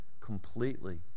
completely